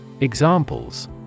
Examples